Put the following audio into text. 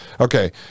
Okay